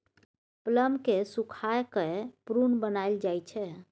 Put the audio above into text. plum केँ सुखाए कए प्रुन बनाएल जाइ छै